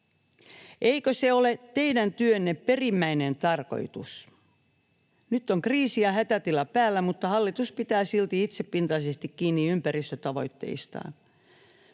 Eikö se ole teidän työnne perimmäinen tarkoitus? Nyt on kriisi ja hätätila päällä, mutta hallitus pitää silti itsepintaisesti kiinni ympäristötavoitteistaan.